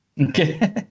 Okay